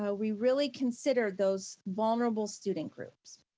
ah we really consider those vulnerable student groups.